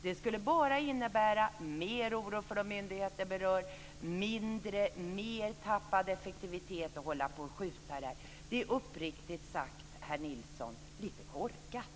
Det skulle bara innebära mer oro för de myndigheter det berör, mer tappad effektivitet att hålla på att skjuta på det här. Det är uppriktigt sagt, herr Nilsson, lite korkat.